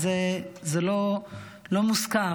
זה לא מוזכר,